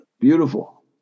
Beautiful